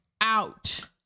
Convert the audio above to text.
out